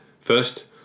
First